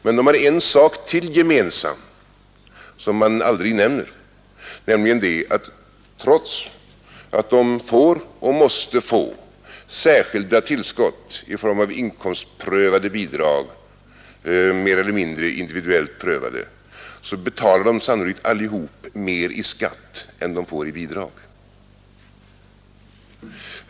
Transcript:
Men de har en sak till gemensam, som man aldrig nämner, nämligen det att de alla trots att de får och måste få särskilda tillskott i form av mer eller mindre individuellt prövade bidrag, betalar mer i skatt än de får i bidrag.